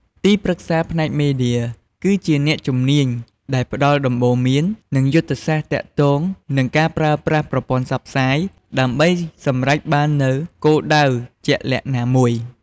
ទីប្រឹក្សាផ្នែកមេឌៀ គឺជាអ្នកជំនាញដែលផ្ដល់ដំបូន្មាន និងយុទ្ធសាស្ត្រទាក់ទងនឹងការប្រើប្រាស់ប្រព័ន្ធផ្សព្វផ្សាយ ដើម្បីសម្រេចបាននូវគោលដៅជាក់លាក់ណាមួយ។